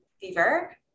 Fever